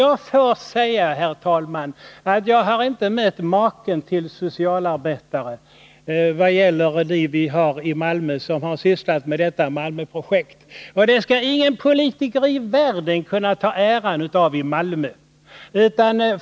Jag får säga, herr talman, att jag inte har mött maken till socialarbetare som dem vi har i Malmö och som har sysslat med detta Malmöprojekt, och ingen politiker i världen skall kunna ta äran av dem!